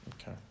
Okay